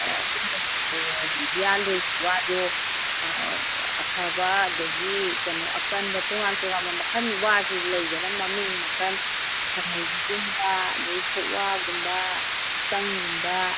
ꯌꯥꯟꯗꯧꯔꯤꯕ ꯋꯥꯗꯣ ꯑꯐꯕ ꯑꯗꯒꯤ ꯀꯩꯅꯣ ꯑꯀꯟꯕ ꯇꯣꯡꯉꯥꯟ ꯇꯣꯡꯉꯥꯟꯕ ꯃꯈꯜꯒꯤ ꯋꯥꯁꯦ ꯂꯩꯗꯅ ꯃꯃꯤꯡ ꯃꯈꯜ ꯁꯟꯅꯩꯕꯤꯒꯨꯝꯕ ꯑꯗꯒꯤ ꯈꯣꯛꯋꯥꯒꯨꯝꯕ ꯎꯇꯪꯒꯨꯝꯕ